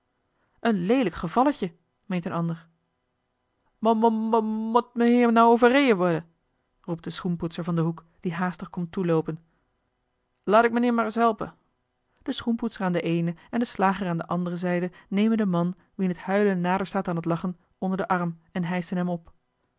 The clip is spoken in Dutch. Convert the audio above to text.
een leelijk gevalletje meent een ander m m m mt meheer nou overreeje worre roept de schoenpoetser van den hoek die haastig komt toeloopen laat ik mijnheer maar eris helpe de schoenpoetser aan de eene en de slager aan de andere zijde nemen den man wien het huilen nader staat dan het lachen onder den arm en hijschen hem op